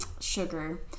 sugar